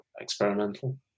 experimental